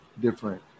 different